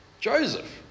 Joseph